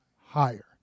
higher